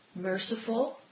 merciful